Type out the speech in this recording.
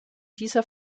dieser